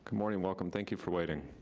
morning, welcome, thank you for waiting.